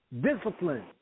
Discipline